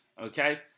okay